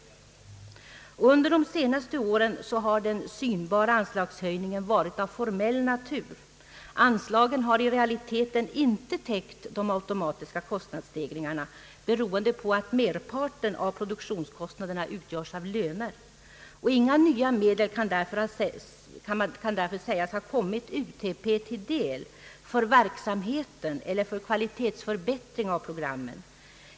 Under de senaste åren har den synbara anslagshöjningen varit av formell natur. Anslagen har i realiteten inte täckt de automatiska kostnadsstegringarna, beroende på att merparten av produktionskostnaderna utgörs av löner. Inga nya medel kan därför sägas ha kommit utlandsprogrammet till del för verksamheten eller för kvalitetsförbättring av programmen.